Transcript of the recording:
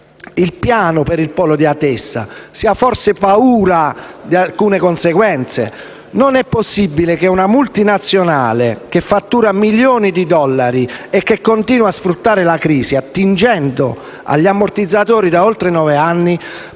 il piano per il polo di Atessa? Si ha forse paura di alcune conseguenze? Non è possibile che una multinazionale che fattura milioni di dollari e che continua a sfruttare la crisi, attingendo agli ammortizzatori da oltre nove anni,